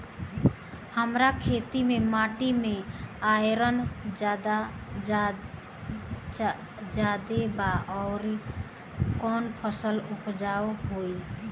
हमरा खेत के माटी मे आयरन जादे बा आउर कौन फसल उपजाऊ होइ?